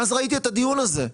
ואז ראיתי את הדיון הזה.